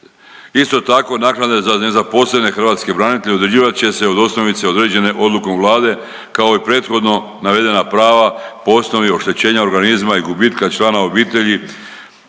Isto tako naknade za nezaposlene hrvatske branitelje određivat će se od osnovice određene odlukom Vlade, kao i prethodno navedena prava po osnovi oštećenja organizma i gubitka člana obitelji